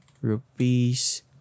Rupees